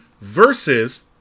versus